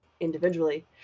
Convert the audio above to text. individually